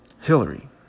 Hillary